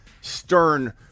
stern